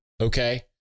Okay